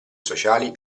sociali